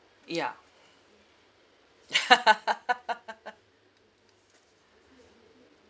yeah